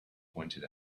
pointed